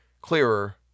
clearer